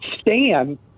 Stan